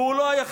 והוא לא היחיד.